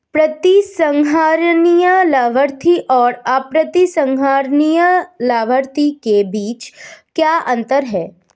प्रतिसंहरणीय लाभार्थी और अप्रतिसंहरणीय लाभार्थी के बीच क्या अंतर है?